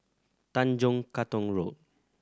Tanjong Katong Road